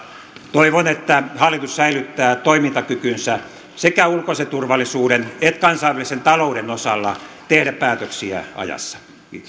toivon että hallitus säilyttää toimintakykynsä sekä ulkoisen turvallisuuden että kansainvälisen talouden osalta tehdä päätöksiä ajassa